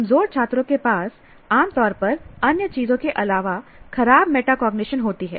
कमजोर छात्रों के पास आमतौर पर अन्य चीजों के अलावा खराब मेटाकॉग्निशन होती है